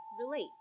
relate